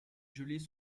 gelées